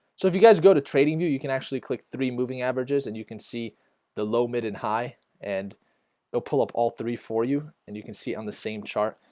so if you guys go to trading view you can actually click three moving averages and you can see the low mid and high and they'll pull up all three for you, and you can see on the same chart.